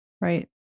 Right